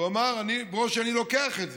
הוא אמר: ברושי, אני לוקח את זה.